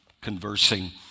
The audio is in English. conversing